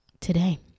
today